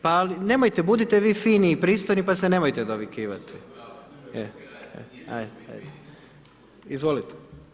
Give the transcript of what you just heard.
Pa nemojte, budite vi fini i pristojni pa se nemojte dovikivati. ... [[Upadica: ne čuje se.]] Izvolite.